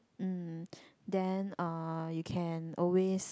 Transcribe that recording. um then uh you can always